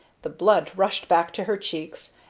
the blood rushed back to her cheeks,